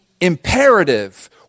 imperative